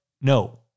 no